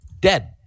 Dead